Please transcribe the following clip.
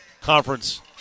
conference